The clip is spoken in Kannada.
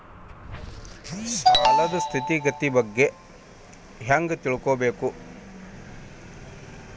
ಸಾಲದ್ ಸ್ಥಿತಿಗತಿ ಬಗ್ಗೆ ಹೆಂಗ್ ತಿಳ್ಕೊಬೇಕು?